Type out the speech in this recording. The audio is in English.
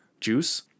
Juice